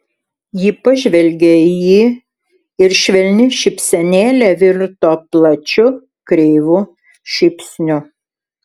ji pažvelgė į jį ir švelni šypsenėlė virto plačiu kreivu šypsniu